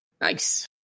nice